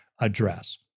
address